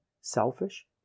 selfish